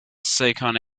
second